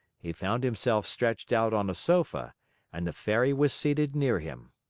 he found himself stretched out on a sofa and the fairy was seated near him.